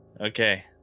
okay